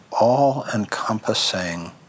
all-encompassing